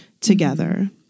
together